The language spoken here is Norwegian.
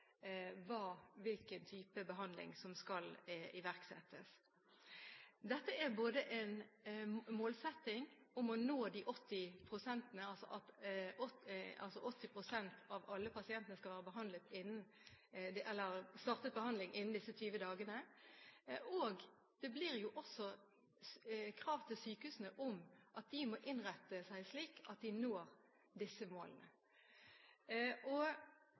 hvilken type behandling som skal iverksettes. Det er en målsetting om å nå 80 pst., altså at 80 pst. av alle kreftpasienter skal ha startet behandling innen disse 20 dagene. Det blir også stilt krav til sykehusene om at de må innrette seg slik at de når disse målene. Vi offentliggjorde i vår forløpstid og